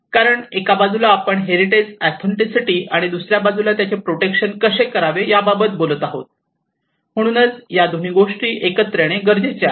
कारण एका बाजूला आपण हेरिटेज ऑथेन्टीसिटी आणि दुसऱ्या बाजूला त्यांचे प्रोटेक्शन कसे करावे याबाबत बोलत आहोत म्हणूनच या दोन्ही गोष्टी एकत्र येणे गरजेचे आहे